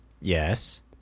Yes